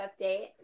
update